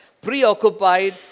preoccupied